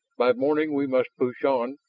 by morning we must push on,